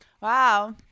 Wow